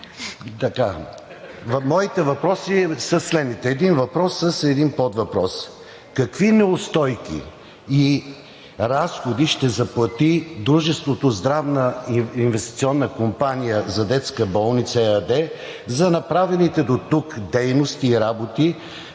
Моите въпроси са следните – един въпрос с един подвъпрос. Какви неустойки и разходи ще заплати дружеството „Здравна инвестиционна компания за детска болница“ ЕАД за направените дотук дейности и работи